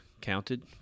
counted